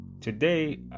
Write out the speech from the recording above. today